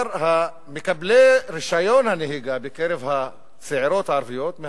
במקבלי רשיון הנהיגה שיעור הצעירות הערביות הוא